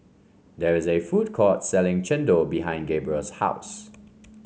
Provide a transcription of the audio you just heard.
there is a food court selling Chendol behind Gabriel's house